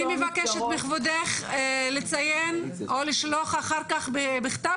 אני מבקשת מכבודך לציין או לשלוח אחר כך בכתב,